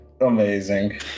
amazing